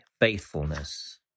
Faithfulness